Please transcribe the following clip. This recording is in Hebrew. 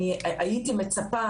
הייתי מצפה,